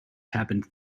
happened